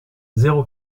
zéro